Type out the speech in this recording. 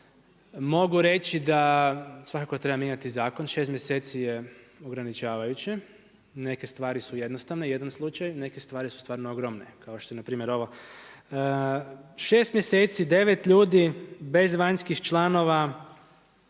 mogu reći da svakako treba mijenjati zakon. Šest mjeseci je ograničavajuće, neke stvari su jednostavne, jedan slučaj, neke stvari su stvarno ogromne kao što je na primjer ovo. 6 mjeseci 9 ljudi bez vanjskih članova.